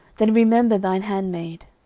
then remember thine handmaid.